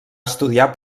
estudiar